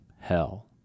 hell